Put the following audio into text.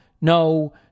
no